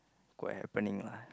quite happening lah